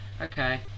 Okay